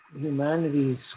humanity's